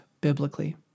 biblically